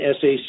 sac